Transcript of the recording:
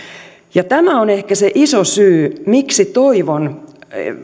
tämä on ehkä se iso syy miksi toivon